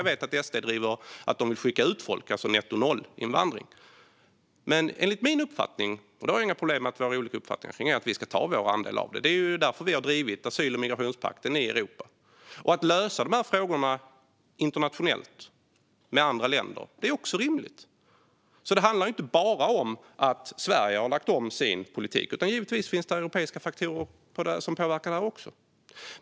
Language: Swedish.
Jag vet att SD driver att de vill skicka ut folk, alltså nettonollinvandring. Men enligt min uppfattning - och jag har alltså inga problem med att vi har olika uppfattningar - ska vi ta vår andel av de asylsökande. Det är därför vi har drivit asyl och migrationspakten i Europa. Det är också rimligt att lösa de här frågorna internationellt, med andra länder. Det handlar alltså inte bara om att Sverige har lagt om sin politik, utan givetvis finns det europeiska faktorer som påverkar också detta.